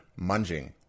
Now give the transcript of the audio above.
munging